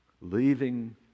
leaving